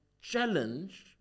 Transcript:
challenge